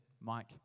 Mike